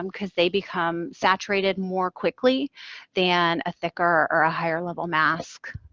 um because they become saturated more quickly than a thicker or a higher level mask.